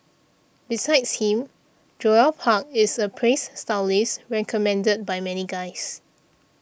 besides him Joel Park is a praised stylist recommended by many guys